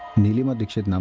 neelima. come.